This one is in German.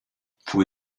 vor